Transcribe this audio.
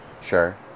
Sure